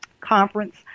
conference